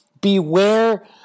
beware